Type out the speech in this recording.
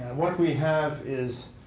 what we have is